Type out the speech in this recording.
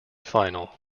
final